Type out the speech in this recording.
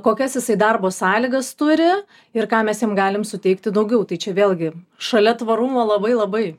kokias jisai darbo sąlygas turi ir ką mes jiem galim suteikti daugiau tai čia vėlgi šalia tvarumo labai labai